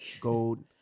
gold